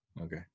Okay